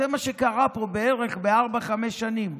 זה מה שקרה פעם בערך בארבע-חמש שנים,